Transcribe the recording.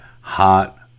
hot